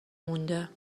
مونده